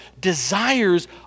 desires